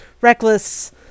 reckless